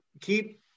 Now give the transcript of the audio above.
keep